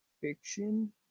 fiction